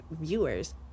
viewers